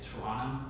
Toronto